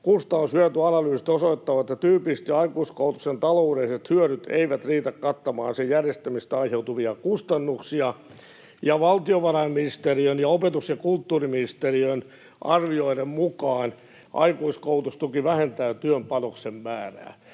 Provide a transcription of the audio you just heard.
”kustannus-hyötyanalyysit osoittavat, että tyypillisesti aikuiskoulutuksen taloudelliset hyödyt eivät riitä kattamaan sen järjestämisestä aiheutuvia kustannuksia”. Ja valtiovarainministeriön ja opetus- ja kulttuuriministeriön arvioiden mukaan aikuiskoulutustuki vähentää työn panoksen määrää,